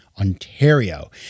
Ontario